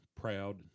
proud